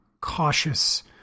cautious